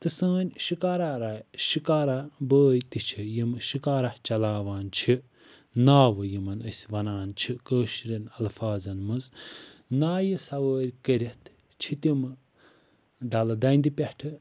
تہٕ سٲنۍ شکارا رایڈ شکارا بھٲے تہِ چھِ یِم شکارا چلاوان چھِ ناوٕ یمن أسۍ ونان چھِ کٲشریٚن الفاظَن مَنٛز نایہِ سَوٲرۍ کٔرِتھ چھِ تِم ڈَلہٕ دنٛڈٕ پٮ۪ٹھ